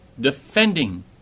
defending